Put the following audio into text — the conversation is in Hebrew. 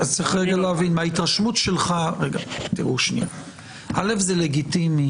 צריך להבין, מההתרשמות שלך, זה לגיטימי